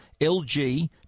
LG